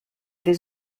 des